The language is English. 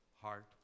heart